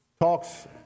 talks